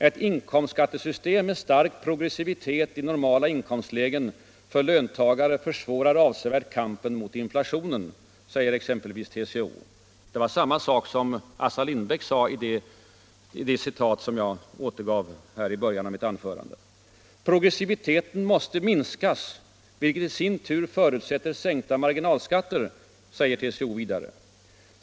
”Ett inkomstskattesystem med stark progressivitet i normala inkomstlägen för löntagare försvårar avsevärt kampen mot inflationen”, säger exempelvis TCO. Det var samma sak som Assar Lindbeck sade i det citat som jag återgav här i början av mitt anförande. ”Progressiviteten måste minskas, vilket i sin tur förutsätter sänkta marginalskatter”, säger TCO vidare.